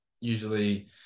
usually